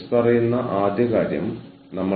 HRM ലെ വിരോധാഭാസമായ ടെൻഷനുകൾ